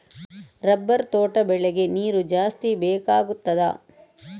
Rubber ತೋಟ ಬೆಳೆಗೆ ನೀರು ಜಾಸ್ತಿ ಬೇಕಾಗುತ್ತದಾ?